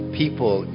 people